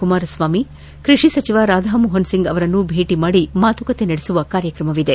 ಕುಮಾರಸ್ವಾಮಿ ಕೃಷಿ ಸಚಿವ ರಾಧಮೋಹನ್ ಸಿಂಗ್ ಅವರನ್ನು ಭೇಟಿ ಮಾಡಿ ಮಾತುಕತೆ ನಡೆಸುವ ಕಾರ್ಯಕ್ರಮವಿದೆ